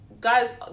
guys